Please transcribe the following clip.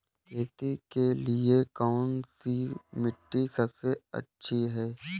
खेती के लिए कौन सी मिट्टी सबसे अच्छी है?